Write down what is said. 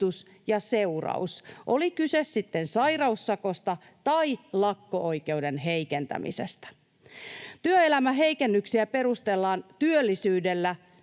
ja seuraus, oli kyse sitten sairaussakosta tai lakko-oikeuden heikentämisestä. Työelämäheikennyksiä perustellaan työllisyydellä